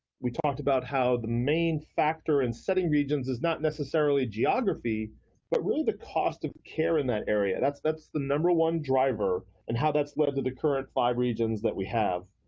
we talked about how the main factor in setting regions is not necessarily geography but really the cost of care in that area, that's that's the number one driver, and how that's led to the current five regions that we have.